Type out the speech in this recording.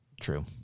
True